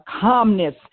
calmness